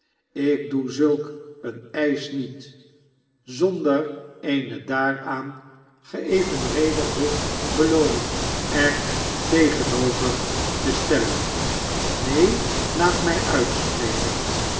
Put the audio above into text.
ik doe zulk een eisch niet zonder eene daaraan geevenredigde belooning er tegenover te stellen neen laat my uitsprekenl